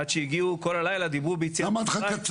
עד שהגיעו, כל הלילה דיברו ביציאת מצרים.